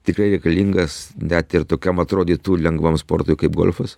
tikrai reikalingas net ir tokiam atrodytų lengvam sportui kaip golfas